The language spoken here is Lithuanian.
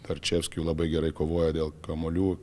tarčevskiu labai gerai kovoja dėl kamuolių